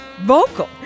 vocal